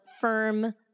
firm